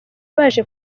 baje